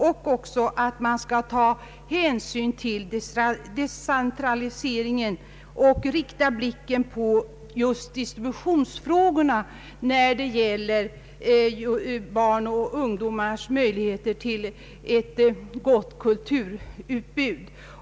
Man skall också ta hänsyn till decentraliseringen och uppmärksamma distributionsfrågorna när det gäller barns och ungdomars möjligheter till ett gott kulturutbud.